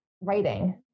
writing